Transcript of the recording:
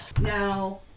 Now